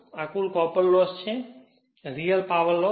આ કુલ copper loss છે રીઅલ પાવર લોસ